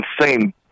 insane